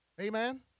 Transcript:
Amen